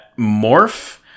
morph